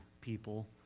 people